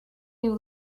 you